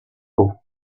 haut